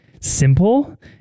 simple